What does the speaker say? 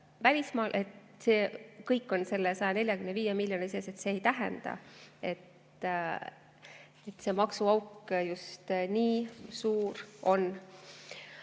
kõik on selle 145 miljoni sees. See ei tähenda, et see maksuauk just nii suur on.